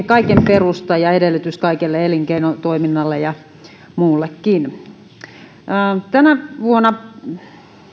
kaiken perusta ja edellytys kaikelle elinkeinotoiminnalle ja muullekin ensi vuonna